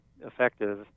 effective